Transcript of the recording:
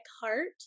heart